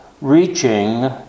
reaching